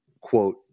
quote